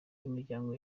imiryango